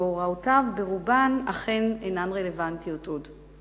והוראותיו, ברובן, אכן אינן רלוונטיות עוד.